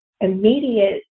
immediate